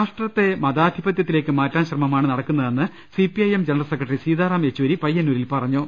രാഷ്ട്രത്തെ മതാധിപത്യത്തിലേക്ക് മാറ്റാൻ ശ്രമമാണ് നടക്കുന്ന തെന്ന് CPIM general secretary Sitaram Yechury പയ്യ ന്നൂരിൽ പറഞ്ഞു